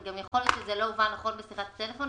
ויכול להיות שזה לא הובן נכון בשיחת הטלפון.